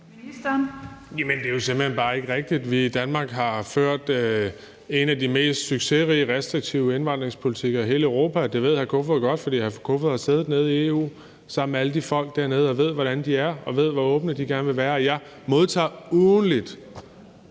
Det er jo simpelt hen bare ikke rigtigt. Vi har i Danmark ført en af de mest succesrige restriktive indvandringspolitikker i hele Europa. Det ved hr. Peter Kofod godt, for hr. Peter Kofod har siddet nede i EU sammen med alle de folk dernede og ved, hvordan de er, og ved, hvor åbne de gerne vil være. Jeg modtager ugentligt